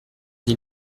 dit